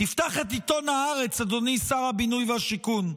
תפתח את עיתון הארץ, אדוני שר הבינוי והשיכון,